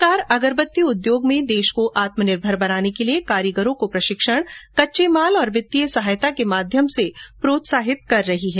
सरकार अगरबत्ती उद्योग में देश को आत्मनिर्भर बनाने के लिये कारीगरों को प्रशिक्षण कच्चे माल और वित्तीय सहायता के माध्यम से प्रोत्साहित कर रही है